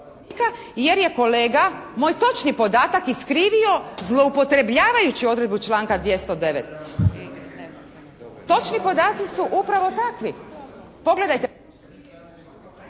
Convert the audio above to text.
jer je kolega moj točni podatak iskrivio zloupotrebljavajući odredbu članka 209. Točni podaci su upravo takvi. Pogledajte